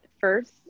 First